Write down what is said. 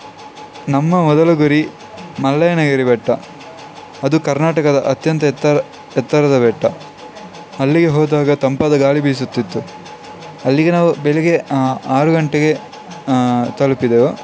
ನಮ್ಮ ಮೊದಲ ಗುರಿ ಮುಳ್ಳಯ್ಯನಗಿರಿ ಬೆಟ್ಟ ಅದು ಕರ್ನಾಟಕದ ಅತ್ಯಂತ ಎತ್ತರ ಎತ್ತರದ ಬೆಟ್ಟ ಅಲ್ಲಿಗೆ ಹೋದಾಗ ತಂಪಾದ ಗಾಳಿ ಬೀಸುತ್ತಿತ್ತು ಅಲ್ಲಿಗೆ ನಾವು ಬೆಳಿಗ್ಗೆ ಆರು ಗಂಟೆಗೆ ತಲುಪಿದೆವು